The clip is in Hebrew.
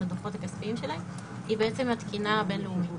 הדוחות הכספיים שלהם היא בעצם התקינה הבין-לאומית.